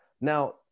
Now